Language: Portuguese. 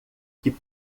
que